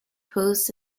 posts